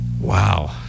Wow